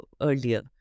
earlier